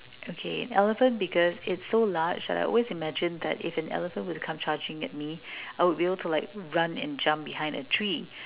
okay elephant because it's so large and I always imagined that if an elephant would be to come charging at me I would be able to like run and jump behind a tree